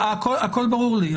הכול ברור לי,